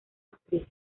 actriz